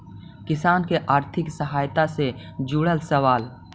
किसान के आर्थिक सहायता से जुड़ल सवाल?